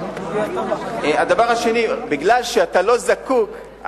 מפני שאתה לא זקוק,